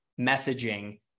messaging